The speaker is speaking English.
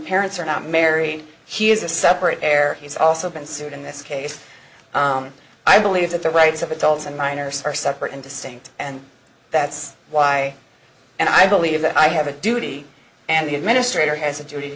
parents are not married he is a separate heir he's also been sued in this case i believe that the rights of adults and minors are separate and distinct and that's why i believe that i have a duty and the administrator has a duty